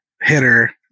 hitter